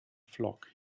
flock